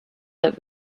that